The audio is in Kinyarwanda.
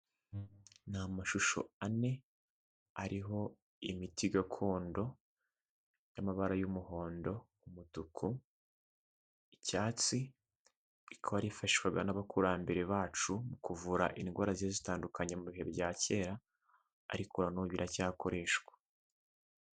Ni amashusho ane, ariho imiti gakondo y'amabara y'umuhondo, umutuku, icyatsi, ikaba yarifashishwaga n'abakurambere bacu mu kuvura indwara zigiye zitandukanye mu bihe bya kera, ariko nanone biracyakoreshwa.